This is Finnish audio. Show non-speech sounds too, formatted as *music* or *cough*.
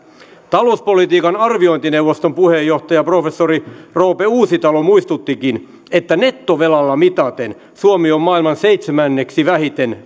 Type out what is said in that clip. talouspolitiikan arviointineuvoston puheenjohtaja professori roope uusitalo muistuttikin että nettovelalla mitaten suomi on maailman seitsemänneksi vähiten *unintelligible*